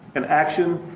and action.